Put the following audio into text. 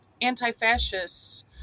anti-fascists